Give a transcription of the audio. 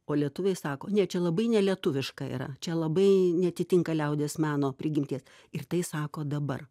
o lietuviai sako ne čia labai nelietuviška yra čia labai neatitinka liaudies meno prigimties ir tai sako dabar